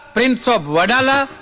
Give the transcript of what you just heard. prince of wadala.